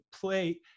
play